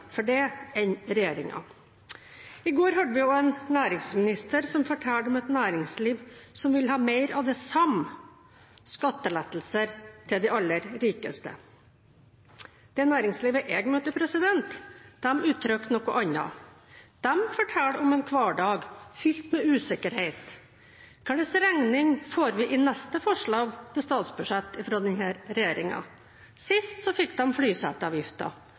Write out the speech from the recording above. for det enn regjeringen. I går hørte vi også en næringsminister som fortalte om et næringsliv som vil ha mer av det samme – skattelettelser til de aller rikeste. Det næringslivet jeg møter, uttrykker noe annet. De forteller om en hverdag fylt med usikkerhet. Hva slags regning får de i neste forslag til statsbudsjett fra denne regjeringen? Sist fikk